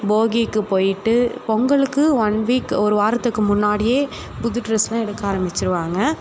போகிக்கு போய்ட்டு பொங்கலுக்கு one week ஒரு வாரத்துக்கு முன்னாடியே புது ட்ரெஸ்லாம் எடுக்க ஆரம்பிச்சிடுவாங்க